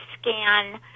scan